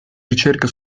ricerca